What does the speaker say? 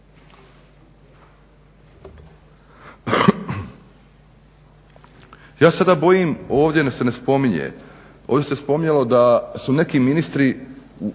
se sada bojim, ovdje se ne spominje, ovdje se spominjalo da su neki ministri